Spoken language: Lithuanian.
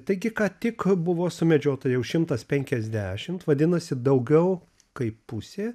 taigi ką tik buvo sumedžiota jau šimtas penkiasdešimt vadinasi daugiau kaip pusė